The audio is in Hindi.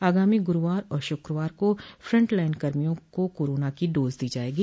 आगामी गुरूवार और शुक्रवार को फ्रंट लाइन कर्मियों को कोरोना की डोज दी जायेगी